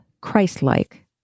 Christ-like